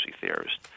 theorist